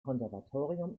konservatorium